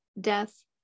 death